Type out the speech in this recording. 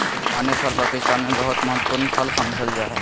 खुबानी फल पाकिस्तान में बहुत महत्वपूर्ण फल समझल जा हइ